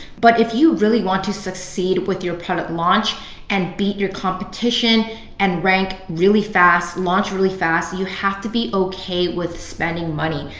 but if you really want to succeed with your product launch and beat your competition and rank really fast, launch really fast, you have to be okay with spending money.